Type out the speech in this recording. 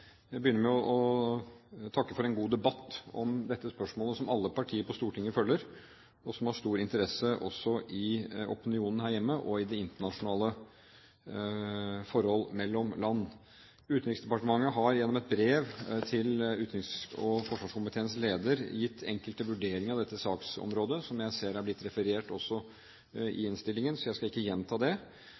Jeg vil begynne med å takke for en god debatt om dette spørsmålet, som alle partier på Stortinget følger, og som har stor interesse også i opinionen her hjemme og internasjonalt mellom land. Utenriksdepartementet har gjennom et brev til utenriks- og forsvarskomiteens leder gitt enkelte vurderinger av dette saksområdet som jeg ser er blitt referert også i innstillingen, så jeg skal ikke gjenta det.